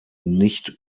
nicht